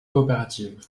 coopératives